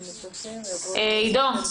עידו,